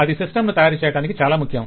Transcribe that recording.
అది సిస్టం ను తయారుచేయటానికి చాలా ముఖ్యం